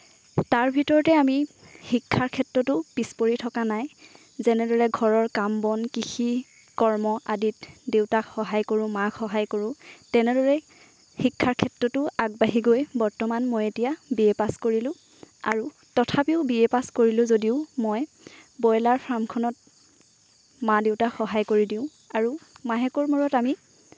তাৰ ভিতৰতে আমি শিক্ষাৰ ক্ষেত্ৰতো পিছ পৰি থকা নাই যেনেদৰে ঘৰৰ কাম বন কৃষি কৰ্ম আদিত দেউতাক সহায় কৰোঁ মাক সহায় কৰোঁ তেনেদৰে শিক্ষাৰ ক্ষেত্ৰটো আগবাঢ়ি গৈ বৰ্তমান মই এতিয়া বি এ পাছ কৰিলোঁ আৰু তথাপিও বি এ পাছ কৰিলোঁ যদিও মই ব্ৰইলাৰ ফাৰ্মখনত মা দেউতাক সহায় কৰি দিওঁ আৰু মাহেকৰ মূৰত আমি